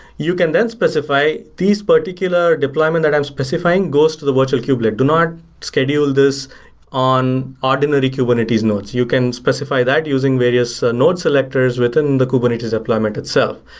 you can then specify these particular deployment that i'm specifying, goes to the virtual kubelet. do not schedule this on ordinary kubernetes nodes. you can specify that using various node selectors within the kubernetes deployment itself.